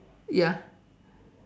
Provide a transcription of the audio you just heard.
ya